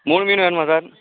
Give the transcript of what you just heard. மூணு மீன் வேணுமா சார்